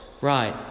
right